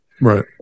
Right